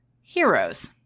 heroes